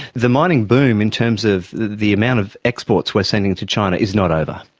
the mining boom in terms of the amount of exports we are sending to china is not over.